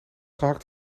gehakt